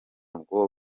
bwo